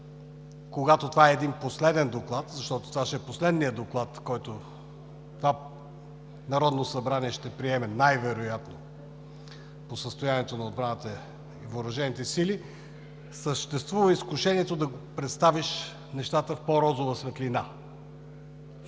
когато това е един последен доклад, защото това ще е последният доклад, който това Народно събрание ще приеме най-вероятно по състоянието на отбраната и въоръжените сили. Съществува изкушението да представиш нещата в по-розова светлина.